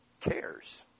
cares